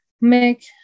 make